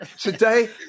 Today